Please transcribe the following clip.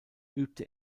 übte